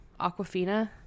Aquafina